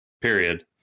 period